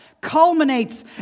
culminates